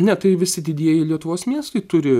ne tai visi didieji lietuvos miestai turi